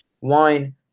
wine